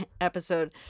episode